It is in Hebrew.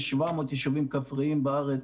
יש 700 יישובים כפריים בארץ,